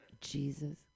Jesus